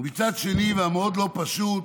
ומצד שני, ומאוד לא פשוט,